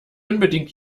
unbedingt